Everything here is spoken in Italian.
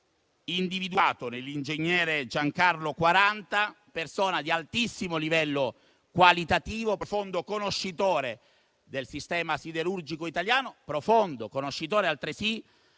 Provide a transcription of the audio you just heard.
individuato nell'ingegner Giancarlo Quaranta, persona di altissimo livello qualitativo, profondo conoscitore del sistema siderurgico italiano, profondo conoscitore altresì